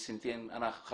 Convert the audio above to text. שנכנסתי